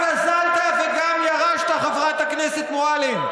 הגזלת וגם ירשת, חברת הכנסת מועלם?